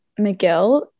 McGill